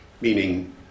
meaning